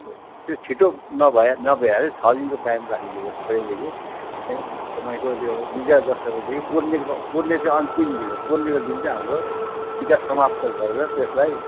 त्यो छिटो नभए नभ्याएर छ दिनको टाइम राखी दिएको पहिलेदेखी तपाईँको त्यो बिजय दशमीदेखि पुर्णेको पुर्णे चाहिँ अन्तिम दिन हो पुर्णेको दिन चाहिँ हाम्रो टिका समाप्त गरेर त्यसलाई